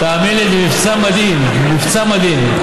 זה מבצע מדהים, תאמין לי.